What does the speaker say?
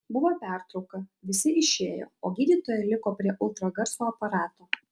buvo pertrauka visi išėjo o gydytoja liko prie ultragarso aparato